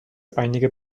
einige